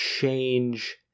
change